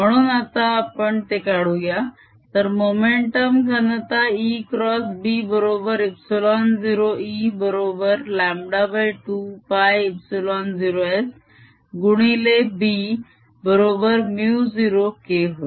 म्हणून आता आपण ते काढूया तर मोमेंटम घनता ExB बरोबर ε0E बरोबर λ 2πε0S गुणिले B बरोबर μ0K होय